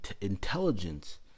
intelligence